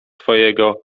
twojego